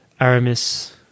Aramis